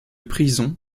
prison